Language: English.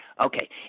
Okay